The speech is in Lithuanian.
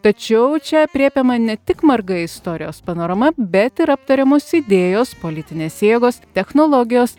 tačiau čia aprėpiama ne tik marga istorijos panorama bet ir aptariamos idėjos politinės jėgos technologijos